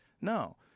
No